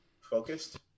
focused